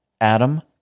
Adam